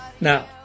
Now